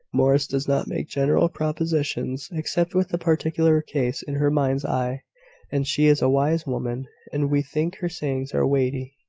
morris does not make general propositions, except with a particular case in her mind's eye and she is a wise woman and we think her sayings are weighty.